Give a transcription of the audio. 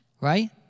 right